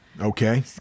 Okay